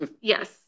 Yes